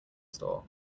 store